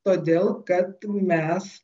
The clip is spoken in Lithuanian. todėl kad mes